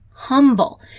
Humble